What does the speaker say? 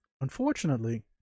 unfortunately